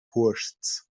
cuosts